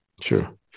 Sure